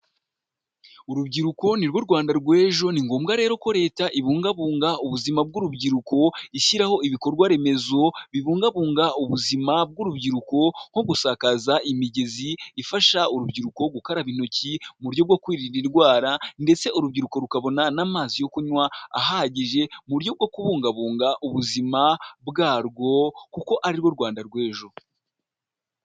Urubyiruko ni rwo Rwanda rw'ejo, ni ngombwa rero ko leta ibungabunga ubuzima bw'urubyiruko, ishyiraho ibikorwa remezo bibungabunga ubuzima bw'urubyiruko nko gusakaza imigezi ifasha urubyiruko gukaraba intoki mu buryo bwo kwirinda indwara ndetse urubyiruko rukabona n'amazi yo kunywa ahagije mu buryo bwo kubungabunga ubuzima bwarwo kuko ari rwo Rwanda rw'ejo.